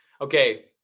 Okay